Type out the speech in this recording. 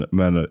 men